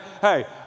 Hey